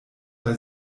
bei